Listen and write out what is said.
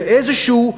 זה איזשהו,